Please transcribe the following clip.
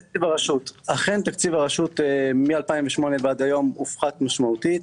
אכן, תקציב הרשות מ-2008 ועד היום הופחת משמעותית.